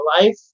life